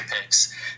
picks